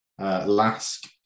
Lask